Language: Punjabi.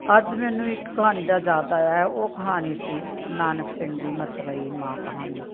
ਅੱਜ ਮੈਨੂੰ ਇੱਕ ਕਹਾਣੀ ਦਾ ਯਾਦ ਆਇਆ ਹੈ ਉਹ ਕਹਾਣੀ ਸੀ ਨਾਨਕ ਸਿੰਘ ਦੀ ਮਤਰੇਈ ਮਾਂ ਕਹਾਣੀ